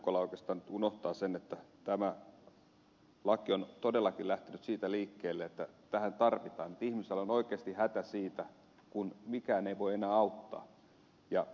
ukkola oikeastaan unohtaa sen että tämä laki on todellakin lähtenyt siitä liikkeelle että tätä tarvitaan että ihmisellä on oikeasti hätä siitä kun mikään ei voi enää auttaa